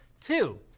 Two